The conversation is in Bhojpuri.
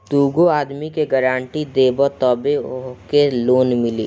दूगो आदमी के गारंटी देबअ तबे तोहके लोन मिली